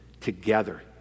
together